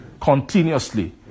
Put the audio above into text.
continuously